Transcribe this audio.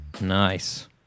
Nice